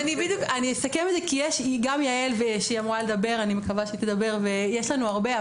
אסכם את זה, גם יעל אמורה לדבר, יש לנו הרבה.